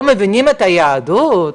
לא מבינים את היהדות,